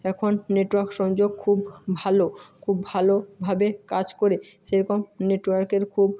এখন নেটওয়ার্ক সংযোগ খুব ভালো খুব ভালোভাবে কাজ করে সেরকম নেটওয়ার্কের খুব